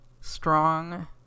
Strong